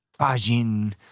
fajin